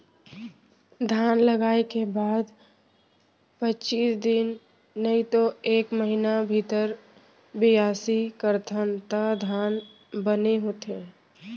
धान लगाय के बाद पचीस दिन नइतो एक महिना भीतर बियासी करथन त धान बने होथे